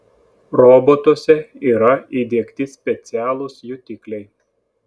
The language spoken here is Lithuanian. robotuose yra įdiegti specialūs jutikliai